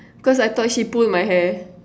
cause I thought she pull my hair